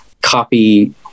copy